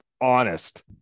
honest